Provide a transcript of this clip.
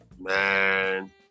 Man